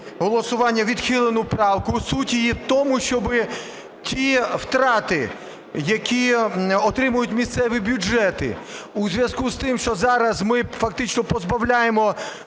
голосування відхилену правку. Суть її в тому, щоб ті втрати, які отримують місцеві бюджети у зв'язку з тим, що зараз ми фактично позбавляємо,